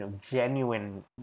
genuine